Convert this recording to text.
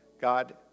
God